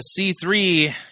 C3